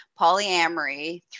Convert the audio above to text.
polyamory